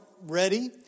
ready